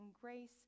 grace